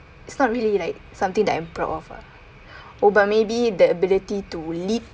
it's not really like something that I'm proud of ah oh but maybe the ability to lead